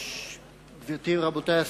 שמורות טבע,